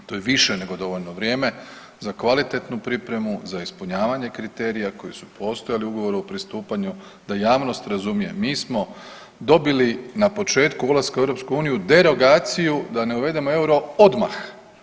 To je više nego dovoljno vrijeme za kvalitetnu pripremu, za ispunjavanje kriterija koji su postojali u ugovoru o pristupanju, da javnost razumije mi smo dobili na početku ulaska u EU derogaciju da ne uvedemo euro odmah.